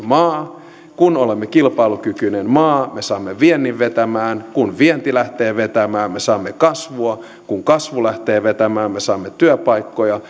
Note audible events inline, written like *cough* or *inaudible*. maa kun olemme kilpailukykyinen maa me saamme viennin vetämään kun vienti lähtee vetämään me saamme kasvua kun kasvu lähtee vetämään me saamme työpaikkoja *unintelligible*